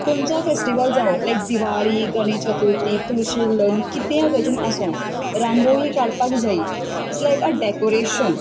खंयचो फेस्टिवल जावं ती दिवाळी गणेश चथुर्ती तुलशी लग्न कितेंय ऑकेजन आसूं रांगोळी काडपाक जायी इट्स लायक अ डेकोरेशन